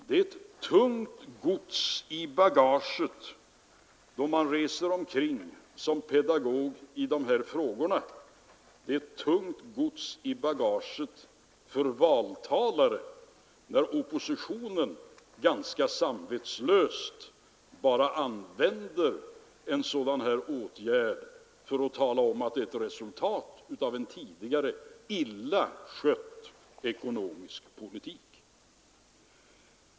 Det är ett tungt gods i bagaget då man reser omkring som pedagog i dessa frågor. Det är ett tungt gods i bagaget för valtalare, när oppositionen samvetslöst använder en sådan åtgärd till att tala om att den är ett resultat av en tidigare illa skött ekonomisk politik.